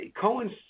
Cohen's